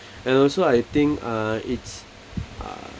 and also I think uh it's uh